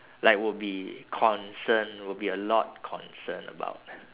like would be concerned would be a lot concerned about